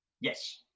yes